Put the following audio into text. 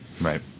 Right